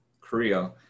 korea